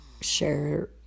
share